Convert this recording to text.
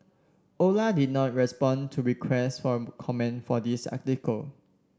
Ola did not respond to requests for comment for this article